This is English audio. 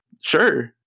Sure